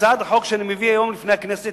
הצעת החוק שאני מביא היום לפני הכנסת